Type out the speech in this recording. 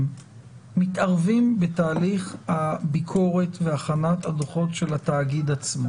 מתערבים בתהליך הביקורת והכנת הדוחות של התאגיד עצמו